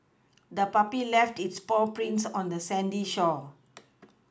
the puppy left its paw prints on the sandy shore